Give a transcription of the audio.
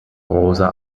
rosa